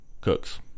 Cooks